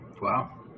wow